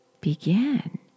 begin